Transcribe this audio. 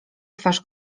twarz